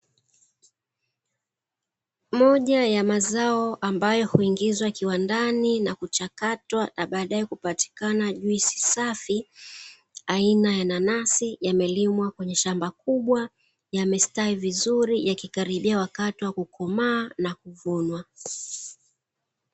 Moja ya mazao ambayo huingizwa kiwandani na kuchakatwa, na baadaye kupatikana juisi safi aina ya nanasi; yamelimwa kwenye shamba kubwa, yamestawi vizuri, yakikaribia wakati wa kukomaa na kuvunwa.